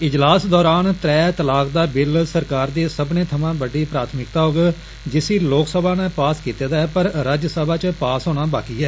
इजलास दरान त्रै तलाक दा बिल सरकार दी सब्बने थमां बड्डी प्राथमिकता होग जिसी लोक सभा र्ष पास कीते दा ऐ पर एह् राज्य सभा च पास होना बाकी ऐ